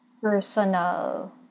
personal